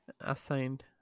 assigned